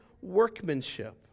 workmanship